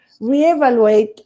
reevaluate